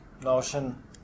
notion